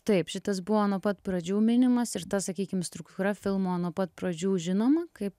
taip šitas buvo nuo pat pradžių minimas ir ta sakykim struktūra filmo nuo pat pradžių žinoma kaip